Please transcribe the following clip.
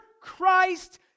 Christ